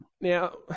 Now